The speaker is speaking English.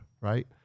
right